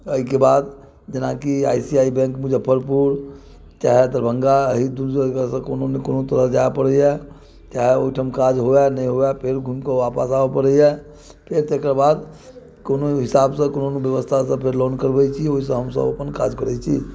अइके बाद जेना की I C I bank Muzaffarpur चाहे दरभंगा अही दू जगहपर कोनो ने कोनो तरहे जाय पड़ैये चाहे ओइ ठाम काज हुवे ने हुवे फेर घुमिके वापस आबऽ पड़ैये फेर तकर बाद कोनो हिसाबसँ कोनो भी व्यवस्था कऽके लोन करबै छी ओइसँ हमसब अपन काज करै छी